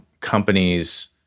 companies